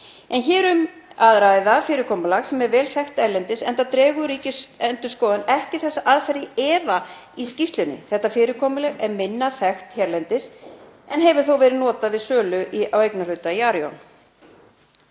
Hér er um að ræða fyrirkomulag sem er vel þekkt erlendis enda dregur Ríkisendurskoðun ekki þessa aðferð í efa í skýrslunni. Þetta fyrirkomulag er minna þekkt hérlendis en hefur þó verið notað við sölu á eignarhluta í Arion